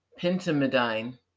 pentamidine